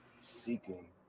seeking